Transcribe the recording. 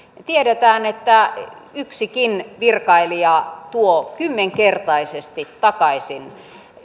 tiedetään että yksikin virkailija tuo kymmenkertaisesti takaisin